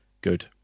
Good